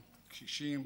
לקשישים,